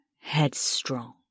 headstrong